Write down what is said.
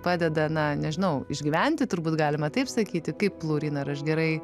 padeda na nežinau išgyventi turbūt galima taip sakyti kaip lauryna ar aš gerai